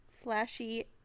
Flashy